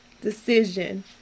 decision